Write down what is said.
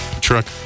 truck